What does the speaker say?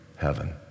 heaven